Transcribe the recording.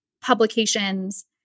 publications